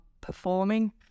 performing